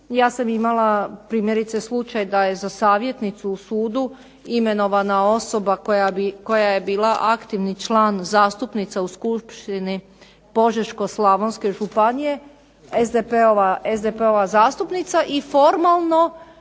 Ja sam imala primjerice slučaj da je za savjetnicu u sudu imenovana osoba koja je bila aktivni član zastupnica u skupštini Požeško-slavonske županije SDP-ova zastupnica i formalno